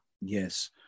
Yes